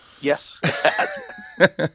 Yes